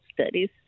studies